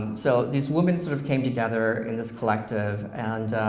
so these women sort of came together in this collective and